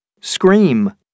SCREAM